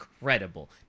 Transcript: Incredible